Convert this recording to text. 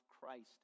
christ